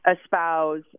espouse